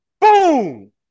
boom